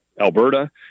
alberta